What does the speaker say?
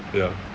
ya